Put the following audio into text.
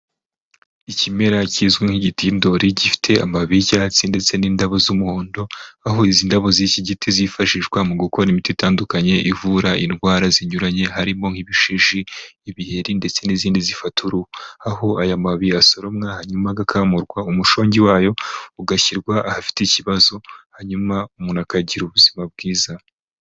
Ikimera kizwi nk'igitindori, gifite amababi y'icyatsi ndetse n'indabo z'umuhondo, aho izi indabo z'iki giti zifashishwa mu gukora imiti itandukanye ivura indwara zinyuranye, harimo nk'ibishishi, ibiheri ndetse n'izindi zifata uruhu. Aho aya mababi yasoromwa hanyuma agakamurwa, umushongi wayo ugashyirwa ahafite ikibazo, hanyuma umuntu akagira ubuzima bwiza.